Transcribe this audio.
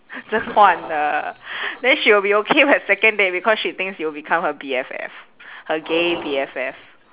这 huan 的 then she'll be okay her second date because she thinks you'll become her B_F_F her gay B_F_F